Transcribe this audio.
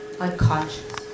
unconscious